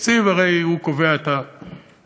תקציב הרי קובע את המדיניות,